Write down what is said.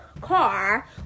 car